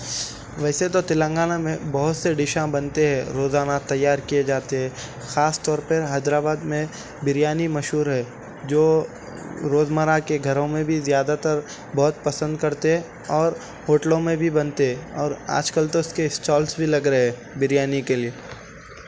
ویسے تو تلنگانہ میں بہت سے ڈشاں بنتے روزانہ تیار کئے جاتے ہے خاص طور پر حیدرآباد میں بریانی مشہور ہے جو روزمرہ کے گھرو میں بھی زیادہ تر بہت پسند کرتے ہے اور ہوٹلوں میں بھی بنتے ہے اور آج کل تو اس کے اسٹالس بھی لگ رہے ہے بریانی کے لئے